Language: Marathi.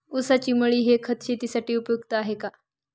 ऊसाची मळी हे खत शेतीसाठी उपयुक्त आहे का?